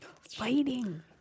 fighting